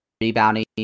rebounding